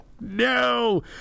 no